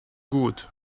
gut